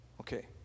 Okay